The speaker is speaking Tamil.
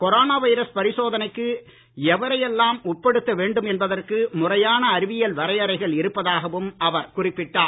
கொரோனா வைரஸ் பரிசோதனைக்கு எவரை எல்லாம் உட்படுத்த வேண்டும் என்பதற்கு முறையான அறிவியல் வரையறைகள் இருப்பதாகவும் அவர் குறிப்பிட்டார்